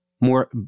more